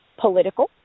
political